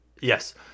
yes